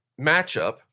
matchup